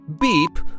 beep